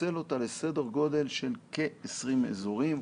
לפצל אותה לסדר גודל של כ-20 אזורים,